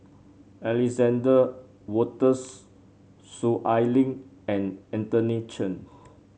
Alexander Wolters Soon Ai Ling and Anthony Chen